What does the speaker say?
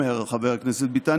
אומר חבר הכנסת ביטן,